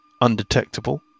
undetectable